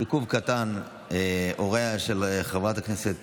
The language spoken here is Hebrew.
עיכוב קטן להוריה של חברת הכנסת